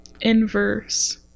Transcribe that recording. inverse